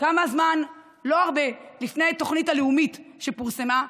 כמה זמן, לא הרבה, לפני התוכנית הלאומית שפורסמה,